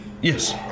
Yes